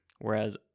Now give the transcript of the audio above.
Whereas